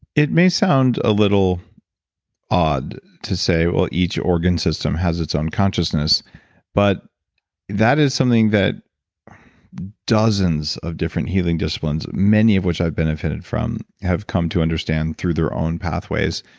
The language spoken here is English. it may sound a little odd to say each organ system has its own consciousness but that is something that dozens of different healing disciplines, many of which i benefited from have come to understand through their own pathways.